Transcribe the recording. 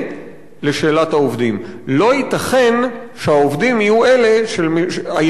לא ייתכן שהעובדים יהיו היחידים שמשלמים את המחיר בהפסדים.